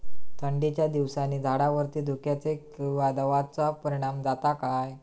थंडीच्या दिवसानी झाडावरती धुक्याचे किंवा दवाचो परिणाम जाता काय?